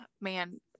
Man